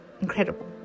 incredible